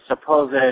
supposed